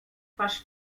twarz